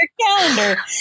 calendar